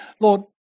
Lord